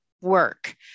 work